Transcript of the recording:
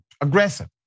aggressive